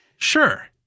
Sure